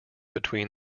between